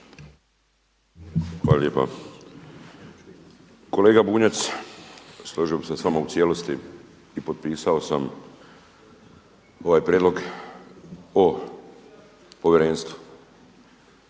Hvala lijepa. Kolega Bunjac, složio bih se s vama u cijelosti i potpisao sam ovaj prijedlog o povjerenstvu.